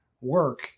work